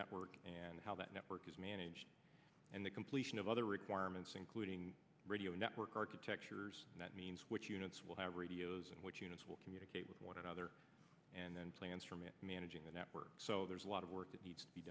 network and how that network is managed and the completion of other requirements including radio network architectures that means which units will have radios and which units will communicate with one another and then plans from it managing the network so there's a lot of work that needs to be